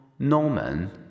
Norman